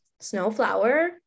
Snowflower